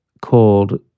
called